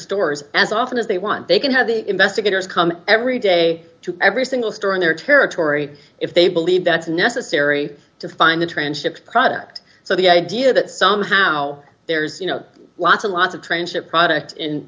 stores as often as they want they can have the investigators come every day to every single store in their territory if they believe that's necessary to find the transshipped product so the idea that somehow there's you know lots and lots of trains shipped product in